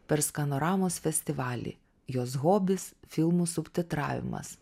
per skanoramos festivalį jos hobis filmų subtitravimas